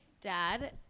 Dad